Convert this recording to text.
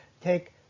take